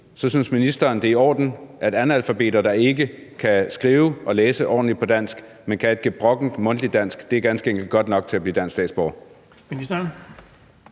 så synes ministeren, det er i orden med analfabeter, der ikke kan skrive og læse ordentligt på dansk, men som kan et gebrokkent mundtligt dansk – altså, at det ganske enkelt er godt nok til at blive dansk statsborger.